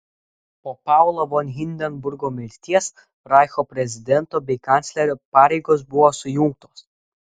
po paulo von hindenburgo mirties reicho prezidento bei kanclerio pareigos buvo sujungtos